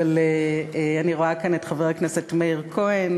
אבל אני רואה כאן את חבר הכנסת מאיר כהן,